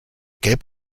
gelb